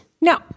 No